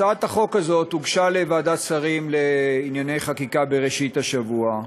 הצעת החוק הזאת הוגשה לוועדת השרים לענייני חקיקה בראשית השבוע,